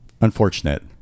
Unfortunate